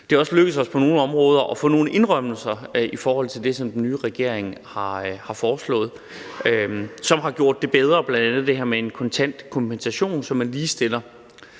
Det er også lykkedes os på nogle områder at få nogle indrømmelser i forhold til det, den nye regering har foreslået, som har gjort det bedre, bl.a. det her med en kontant kompensation, så man ligestiller